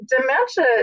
dementia